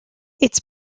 its